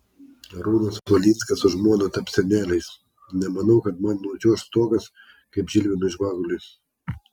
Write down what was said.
arūnas valinskas su žmona taps seneliais nemanau kad man nučiuoš stogas kaip žilvinui žvaguliui